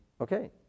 okay